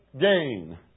Gain